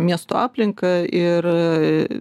miesto aplinką ir